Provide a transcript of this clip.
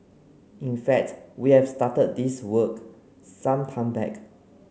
in fact we have started this work some time back